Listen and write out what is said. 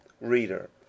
Reader